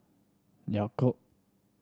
Yakult